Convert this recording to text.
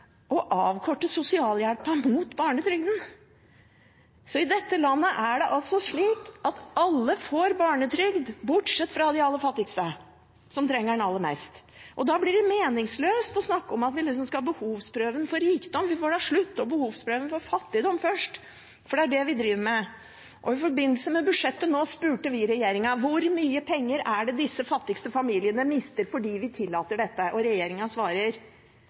å avkorte sosialhjelpen mot barnetrygden. I dette landet er det altså slik at alle får barnetrygd, bortsett fra de aller fattigste, som trenger det aller mest. Da blir det meningsløst å snakke om at vi skal behovsprøve den for rikdom – vi får slutte å behovsprøve den for fattigdom først, for det er det vi driver med. I forbindelse med budsjettet spurte vi regjeringen hvor mye penger disse fattigste familiene mister fordi vi tillater dette.